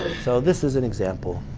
so this is an example.